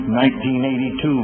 1982